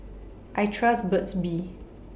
I Trust Burt's Bee